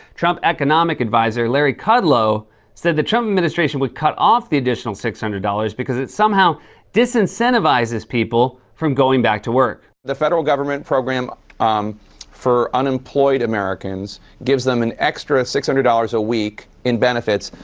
trump economic adviser larry kudlow said the trump administration would cut off the additional six hundred dollars because it somehow disincentivizes people from going back to work. the federal government program um for unemployed americans gives them an extra six hundred dollars a week in benefits.